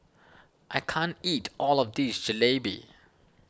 I can't eat all of this Jalebi